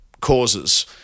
causes